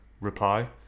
reply